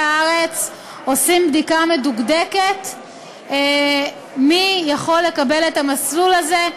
הארץ עושים בדיקה מדוקדקת מי יכול לקבל את המסלול הזה,